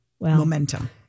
momentum